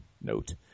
Note